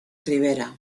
rivera